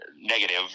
negative